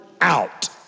out